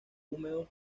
húmedos